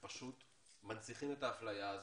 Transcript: שפשוט מנציחים את האפליה הזו,